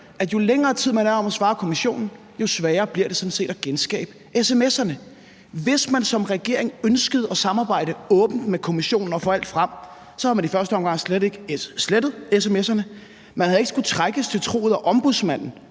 at jo længere tid man er om at svare kommissionen, jo sværere bliver det sådan set at genskabe sms'erne. Hvis man som regering ønskede at samarbejde åbent med kommissionen og få alt frem, så havde man i første omgang slet ikke slettet sms'erne, man havde ikke skullet trækkes til truget af Ombudsmanden